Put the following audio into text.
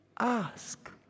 ask